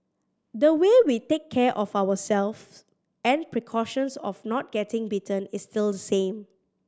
the way we take care of ourselves and precautions of not getting bitten is still the same